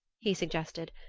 he suggested,